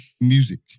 Music